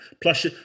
plus